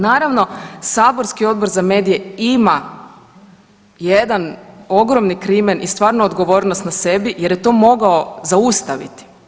Naravno saborski Odbor za medije ima jedan ogromni krimen i stvarno odgovornost na sebi jer je to mogao zaustaviti.